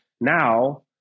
Now